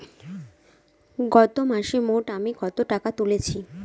গত মাসে মোট আমি কত টাকা তুলেছি?